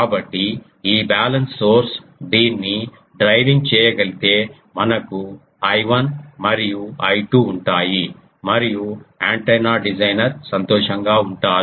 కాబట్టి ఈ balance source దీన్ని డ్రైవింగ్ చేయగలిగితే మనకు I1 మరియు I2 ఉంటాయి మరియు యాంటెన్నా డిజైనర్ సంతోషంగా ఉంటారు